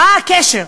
מה הקשר?